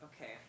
Okay